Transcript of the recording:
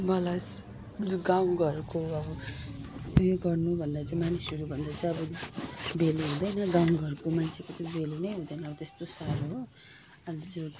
मलाई गाउँ घरको अब उयो गर्नु भन्दा चाहिँ मानिसहरू भन्दा चाहिँ अब भेल्यु हुँदैन गाउँ घरको मान्छेको चाहिँ भेल्यु नै हुँदैन त्यस्तो साह्रो हो अन्त